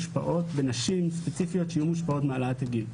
נשים ספציפיות שיהיו מושפעות מהעלאת הגיל.